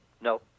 No